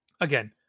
again